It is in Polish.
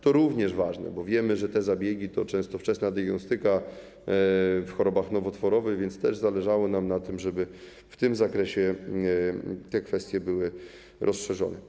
To również ważne, bo wiemy, że te zabiegi to często wczesna diagnostyka w chorobach nowotworowych, więc zależało nam na tym, żeby w tym zakresie te kwestie były rozszerzone.